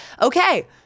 okay